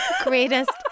Greatest